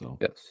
Yes